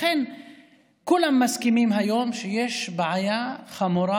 כולם מסכימים היום שיש בעיה חמורה